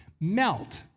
Melt